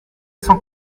cent